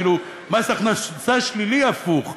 כאילו מס הכנסה שלילי הפוך.